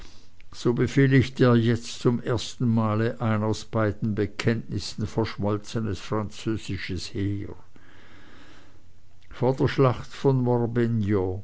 so befehligte er jetzt zum ersten male ein aus beiden bekenntnissen verschmolzenes französisches heer vor der schlacht von